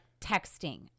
texting